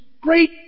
great